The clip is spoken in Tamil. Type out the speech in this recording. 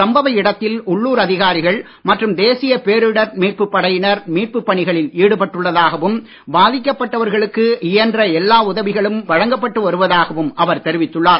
சம்பவ இடத்தில் உள்ளூர் அதிகாரிகள் மற்றும் தேசிய பேரிடர் மீட்புப் படையினர் மீட்புப் பணிகளில் ஈடுபட்டுள்ளதாகவும் பாதிக்கப்பட்டவர்களுக்கு இயன்ற எல்லா உதவிகளும் வழங்கப்பட்டு வருவதாகவும் அவர் தெரிவித்துள்ளார்